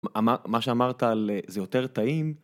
מה שאמרת על זה יותר טעים.